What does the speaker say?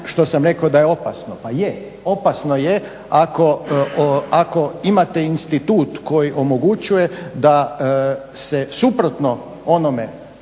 što sam rekao da je opasno. Pa je, opasno je ako imate institut koji omogućuje da se suprotno onome